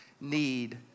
need